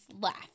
laugh